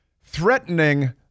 threatening